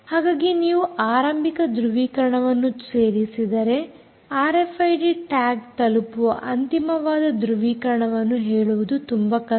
ಹಾಗಾಗಿ ನೀವು ಆರಂಭಿಕ ಧೃವೀಕರಣವನ್ನು ಸೇರಿಸಿದರೆ ಆರ್ಎಫ್ಐಡಿ ಟ್ಯಾಗ್ ತಲುಪುವ ಅಂತಿಮವಾದ ಧೃವೀಕರಣವನ್ನು ಹೇಳುವುದು ತುಂಬಾ ಕಷ್ಟ